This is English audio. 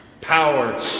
Power